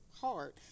hard